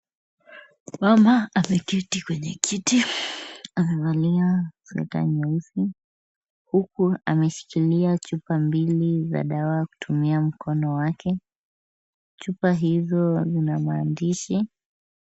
Mama ameketi kwenye kiti, amevalia sweater nyeusi huku ameshikilia chupa mbili za dawa kutumia mkono mwake, chupa hizo zina maandishi.